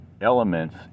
elements